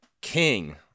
king